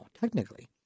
technically